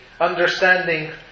understanding